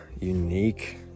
unique